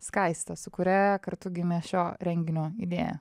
skaiste su kuria kartu gimė šio renginio idėja